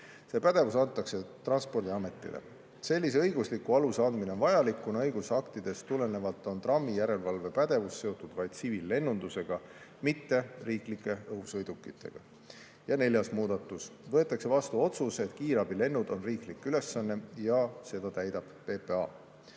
See pädevus antakse Transpordiametile. Sellise õigusliku aluse andmine on vajalik, kuna õigusaktidest tulenevalt on TRAM-i järelevalvepädevus seotud vaid tsiviillennundusega, mitte riiklike õhusõidukitega. Neljas muudatus: võetakse vastu otsus, et kiirabilend on riiklik ülesanne ja seda täidab PPA.